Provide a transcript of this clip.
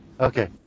Okay